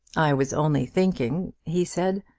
i was only thinking, he said,